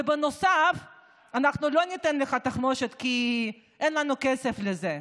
ובנוסף אנחנו לא ניתן לך תחמושת כי אין לנו כסף לזה.